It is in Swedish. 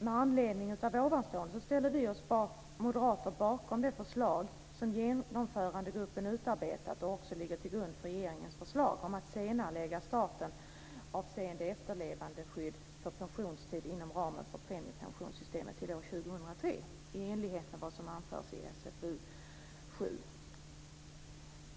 Med anledning av ovanstående ställer vi moderater oss bakom det förslag som Genomförandegruppen har utarbetat. Det förslaget ligger också till grund för regeringens förslag om att senarelägga starten av sent efterlevandeskydd för pensionstid inom ramen för premiepensionssystemet till år 2003 i enlighet med vad som anförs i SfU7.